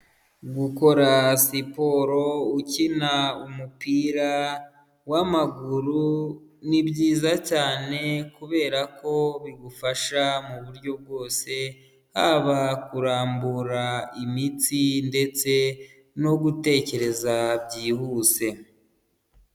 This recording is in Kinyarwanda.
Gukora siporo ukina umupira w'amaguru ni byiza cyane kubera ko bigufasha mu buryo bwose, haba kurambura imitsi ndetse no gutekereza byihuse.